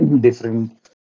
different